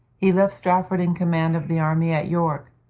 he left strafford in command of the army at york.